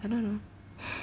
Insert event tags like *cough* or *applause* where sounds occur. I don't know *breath*